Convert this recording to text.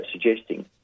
suggesting